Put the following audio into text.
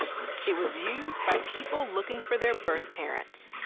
it was used by people looking for their birth parents.